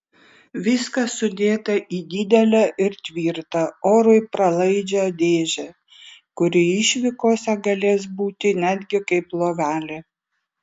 viskas sudėta į didelę ir tvirtą orui pralaidžią dėžę kuri išvykose galės būti netgi kaip lovelė